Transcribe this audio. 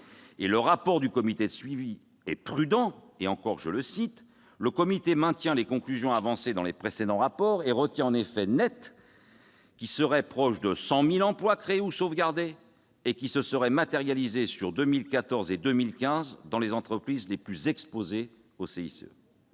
Le rapport du comité de suivi est plus prudent :« Le comité maintient les conclusions avancées dans les précédents rapports et retient un effet net qui serait proche de 100 000 emplois créés ou sauvegardés et qui se serait matérialisé sur 2014 et 2015 dans les entreprises les plus exposées au CICE.